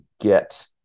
get